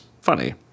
funny